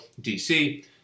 DC